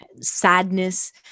Sadness